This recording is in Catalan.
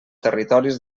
territoris